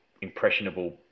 impressionable